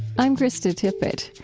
i'm krista tippett.